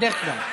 בדרך כלל.